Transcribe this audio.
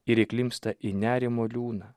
ir įklimpsta į nerimo liūną